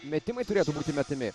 metimai turėtų būti metami